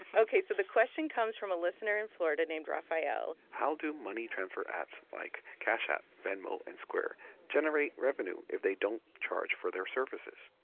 ok, so the question comes from a listener in florida named rafael how do money transfer apps like cash out, venmo and square generate revenue if they don't charge for their services?